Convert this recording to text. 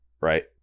right